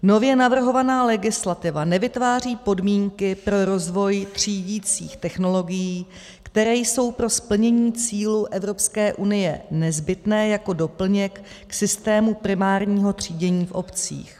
Nově navrhovaná legislativa nevytváří podmínky pro rozvoj třídicích technologií, které jsou pro splnění cílů Evropské unie nezbytné jako doplněk k systému primárního třídění v obcích.